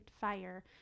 fire